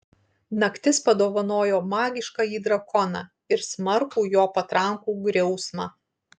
naktis padovanojo magiškąjį drakoną ir smarkų jo patrankų griausmą